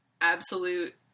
absolute